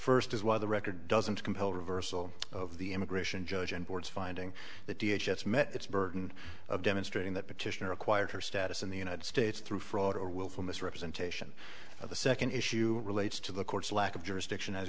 first is why the record doesn't compel reversal of the immigration judge and board's finding that d h s met its burden of demonstrating that petitioner acquired her status in the united states through fraud or willful misrepresentation of the second issue relates to the court's lack of jurisdiction as